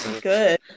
Good